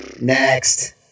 Next